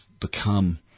become